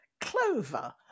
Clover